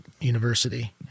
University